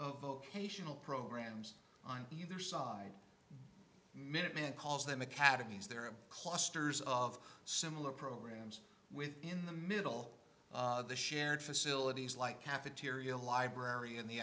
of vocational programs on either side minuteman calls them academies there are clusters of similar programs within the middle of the shared facilities like cafeteria library in the